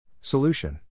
Solution